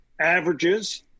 averages